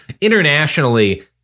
internationally